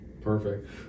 Perfect